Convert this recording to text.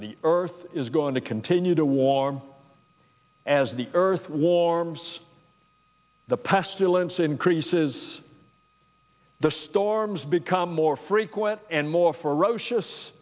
the earth is going to continue to warm as the earth warms the past ellipse increases the storms become more frequent and more ferocious